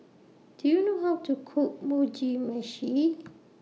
Do YOU know How to Cook Mugi Meshi